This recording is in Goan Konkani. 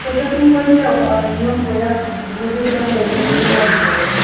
सद्या तुमी पयलीं या फा येवन पळया आनी मागीर यें यें केल्यार मागीर डन